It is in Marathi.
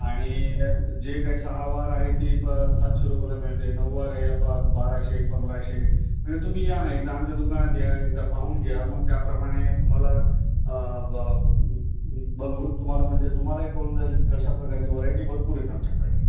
आणि जे काय सहावार आहे ती ब सातशे रुपयाला मिळते नऊवार या ब बाराशे पंधराशे म्हणजे तुम्ही या ना एकदा आमच्या दुकानात या एकदा पाहून घ्या मग त्याप्रमाणे तुम्हाला बघून तुम्हाला म्हणजे तुम्हाला एक कळून जाईल कशा प्रकारची व्हरायटी भरपूर येत आमच्याकडे